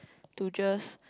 to just